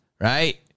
right